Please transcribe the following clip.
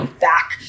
back